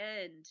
end